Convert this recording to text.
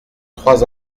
trois